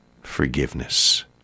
forgiveness